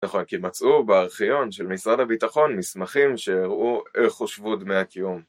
נכון, כי מצאו בארכיון של משרד הביטחון מסמכים שהראו איך חושבו דמי הקיום.